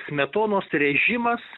smetonos režimas